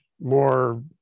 more